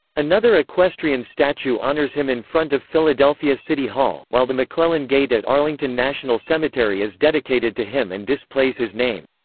another equestrian statue honors him in front of philadelphia city hall, while the mcclellan gate at arlington national cemetery is dedicated to him and displays his name.